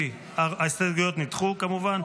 ההסתייגויות נדחו, כמובן.